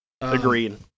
agreed